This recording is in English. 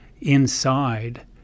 inside